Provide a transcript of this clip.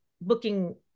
booking